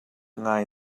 ngai